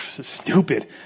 stupid